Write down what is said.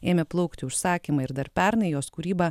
ėmė plaukti užsakymai ir dar pernai jos kūryba